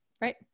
Right